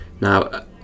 now